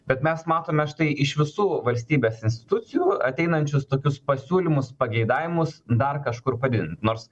bet mes matome štai iš visų valstybės institucijų ateinančius tokius pasiūlymus pageidavimus dar kažkur padidint nors